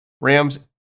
Rams